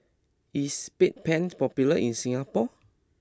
is Bedpans popular in Singapore